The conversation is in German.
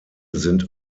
sind